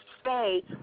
stay